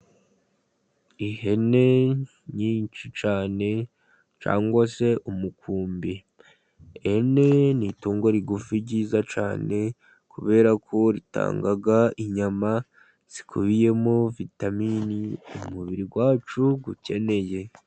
Ihene nyinshi cyane cyangwa se umukumbi. Ihene ni itungo rigufi ryiza cyane, kubera ko ritanga inyama zikubiyemo vitamini umubiri wacu ukeneye.